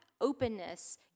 openness